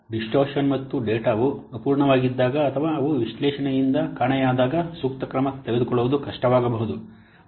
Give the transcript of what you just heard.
distortion ಮತ್ತು ಡೇಟಾವು ಅಪೂರ್ಣವಾಗಿದ್ದಾಗ ಅಥವಾ ಅವು ವಿಶ್ಲೇಷಣೆಯಿಂದ ಕಾಣೆಯಾದಾಗ ಸೂಕ್ತ ಕ್ರಮ ತೆಗೆದುಕೊಳ್ಳುವುದು ಕಷ್ಟವಾಗಬಹುದು